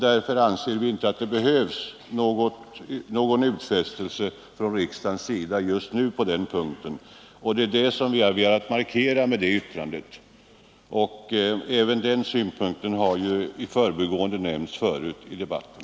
Därför anser vi inte att det just nu behövs någon utfästelse från riksdagens sida på den punkten. Det är detta som vi har velat markera med det yttrandet. Även den punkten har i förbigående nämnts förut i debatten.